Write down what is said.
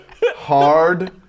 hard